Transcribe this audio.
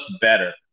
better